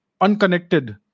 unconnected